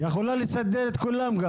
היא יכולה לסדר את כולם.